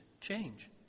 change